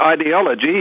ideology